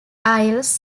isles